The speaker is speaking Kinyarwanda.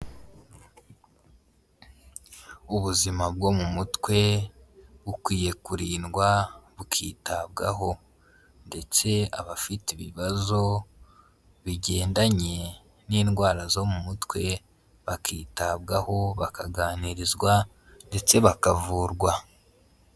Ubuzima bwo mu mutwe bukwiye kurindwa, bukitabwaho ndetse abafite ibibazo bigendanye n'indwara zo mu mutwe bakitabwaho bakaganirizwa ndetse bakavurwa.